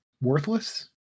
worthless